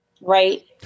Right